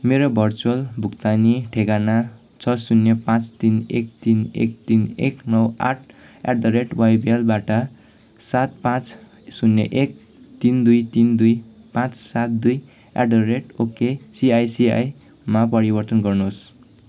मेरो भर्चुअल भुक्तानी ठेगाना छ शून्य पाँच तिन एक तिन एक तिन एक नौ आठ एट द रेट वाइबिएलबाट सात पाँच शून्य एक तिन दुई तिन दुई पाँच सात दुई एट द रेट ओकेसिआइसिआईमा परिवर्तन गर्नुहोस्